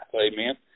amen